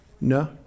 No